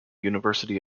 university